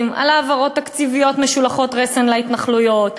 על העברות תקציביות משולחות רסן להתנחלויות,